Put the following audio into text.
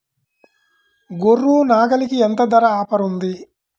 గొర్రె, నాగలికి ఎంత ధర ఆఫర్ ఉంది?